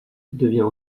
devient